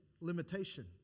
limitation